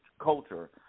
culture